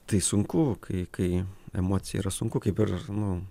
tai sunku kai kai emocija yra sunku kaip ir nu